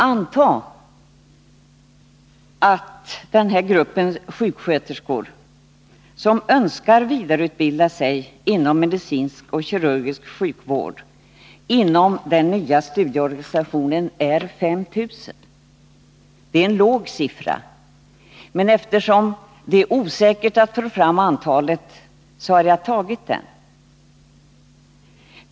Antag att den här gruppen sjuksköterskor, som önskar vidareutbilda sig inom medicinsk och kirurgisk sjukvård inom den nya studieorganisationen, är 5 000. Det är en låg siffra, men eftersom det är svårt att få det exakta antalet har jag utgått från den.